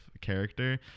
character